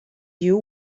you